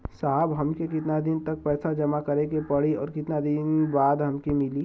साहब हमके कितना दिन तक पैसा जमा करे के पड़ी और कितना दिन बाद हमके मिली?